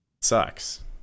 sucks